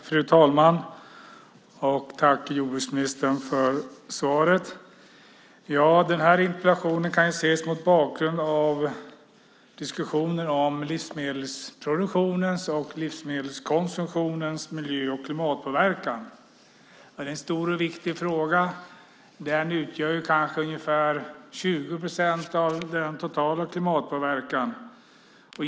Fru talman! Tack, jordbruksministern, för svaret! Den här interpellationen kan ses mot bakgrund av diskussionen om livsmedelsproduktionens och livsmedelskonsumtionens miljö och klimatpåverkan, som är en stor och viktig fråga. Den utgör ungefär 20 procent av den totala klimatpåverkan.